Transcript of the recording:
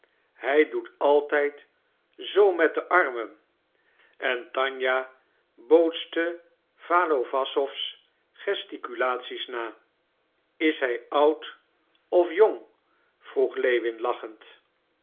hij doet altijd zoo met de armen en tanja bootste walawassow's gesticulaties na is hij oud of jong vroeg lewin lachend